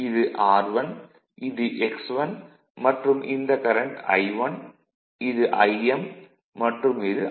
இது r1 இது x1 மற்றும் இந்த கரண்ட் I1 இது Im மற்றும் இது I2'